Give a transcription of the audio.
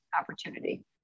opportunity